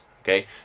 Okay